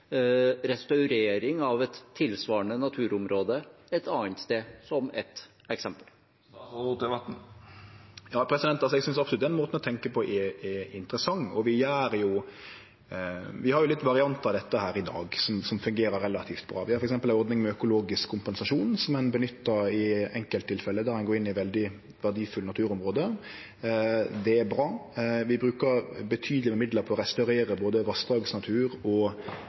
restaurering av et tilsvarende naturområde et annet sted, som ett eksempel? Ja, eg synest absolutt den måten å tenkje på er interessant, og vi har jo nokre variantar av dette i dag, og dei fungerer relativt bra. Vi har f.eks. ei ordning med økologisk kompensasjon, som ein nyttar i enkelttilfelle der ein går inn i veldig verdifulle naturområde. Det er bra. Vi brukar betydeleg med midlar på å restaurere både vassdragsnatur og